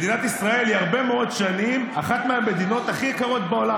מדינת ישראל היא הרבה מאוד שנים אחת מהמדינות הכי יקרות בעולם,